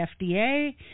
FDA